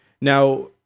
Now